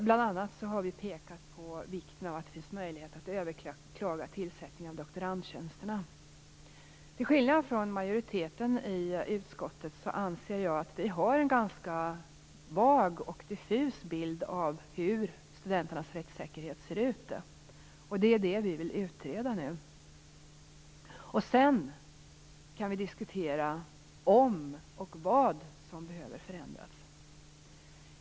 Bl.a. har vi pekat på vikten av att det finns möjlighet att överklaga tillsättningen av doktorandtjänsterna. Till skillnad från majoriteten i utskottet anser jag att vi har en ganska vag och diffus bild av hur studenternas rättssäkerhet ser ut. Det vill vi utreda nu. Sedan kan vi diskutera om något och vad som behöver förändras.